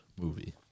movie